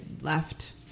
left